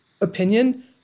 opinion